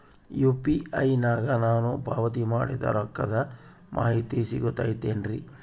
UPI ನಾಗ ನಾನು ಪಾವತಿ ಮಾಡಿದ ರೊಕ್ಕದ ಮಾಹಿತಿ ಸಿಗುತೈತೇನ್ರಿ?